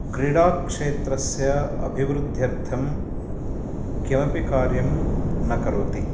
क्रिडाक्षेत्रस्य अभिवृद्ध्यर्थं किमपि कार्यं न करोति